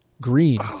Green